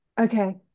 okay